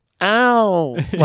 ow